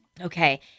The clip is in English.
Okay